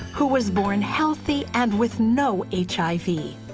who was born healthy and with no h i v.